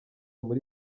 muri